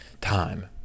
Time